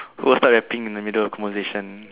who will start rapping in the middle of the conversation